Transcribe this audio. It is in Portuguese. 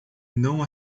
não